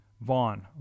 Vaughn